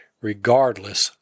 regardless